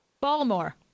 Baltimore